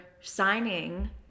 signing